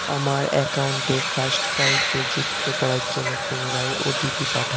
আমার অ্যাকাউন্টে ফার্স্টক্রাইকে যুক্ত করার জন্য পুনরায় ওটিপি পাঠান